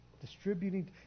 Distributing